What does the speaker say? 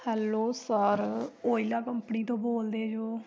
hello sir Ola company ਤੋਂ ਬੋਲਦੇ ਜੋ